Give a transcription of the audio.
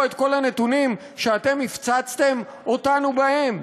את כל הנתונים שאתם הפצצתם אותנו בהם?